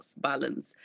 balance